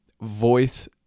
voice